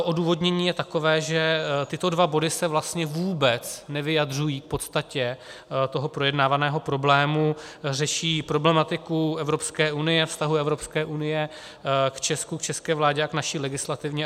Odůvodnění je takové, že tyto dva body se vlastně vůbec nevyjadřují k podstatě projednávaného problému, řeší problematiku Evropské unie, vztahu Evropské unie k Česku, české vládě a k naší legislativě.